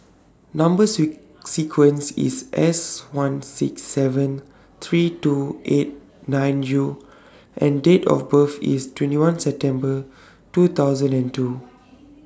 Number sequence IS S one six seven three two eight nine U and Date of birth IS twenty one September two thousand and two